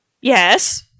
Yes